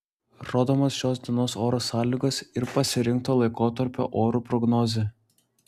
rodomos šios dienos oro sąlygos ir pasirinkto laikotarpio orų prognozė